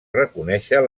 reconèixer